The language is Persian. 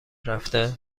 رفته